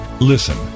Listen